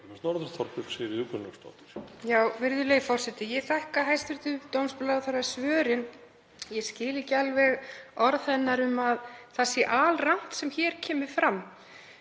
um að það sé alrangt sem hér kemur fram.